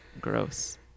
Gross